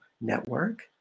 Network